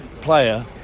player